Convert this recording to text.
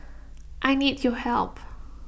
I need your help